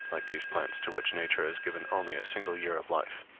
like these plants to which nature has given only a single year of life.